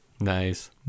Nice